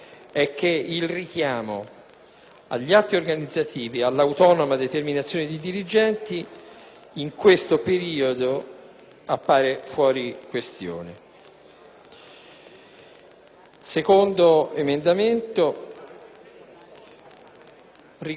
agli atti organizzativi e all'autonoma determinazione dei dirigenti in questo periodo appare fuori questione. L'emendamento 2.304